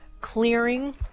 clearing